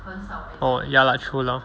oh ya lah true lor